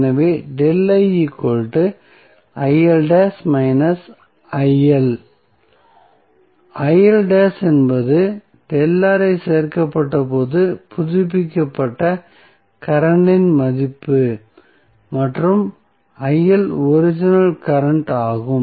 எனவே என்பது சேர்க்கப்பட்டபோது புதுப்பிக்கப்பட்ட கரண்ட் இன் மதிப்பு மற்றும் ஒரிஜினல் கரண்ட் ஆகும்